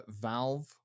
Valve